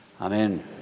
Amen